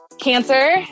cancer